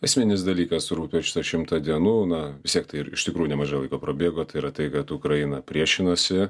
esminis dalykas turbūt per šitą šimtą dienų na vis tiek ir iš tikrųjų nemažai laiko prabėgo tai yra tai kad ukraina priešinasi